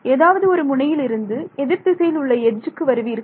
ஏதாவது ஒரு முனையில் இருந்து எதிர் திசையில் உள்ள எட்ஜுக்கு வருவீர்கள்